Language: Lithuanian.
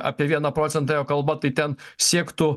apie vieną procentą ėjo kalba tai ten siektų